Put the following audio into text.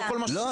לא,